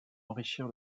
enrichir